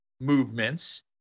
movements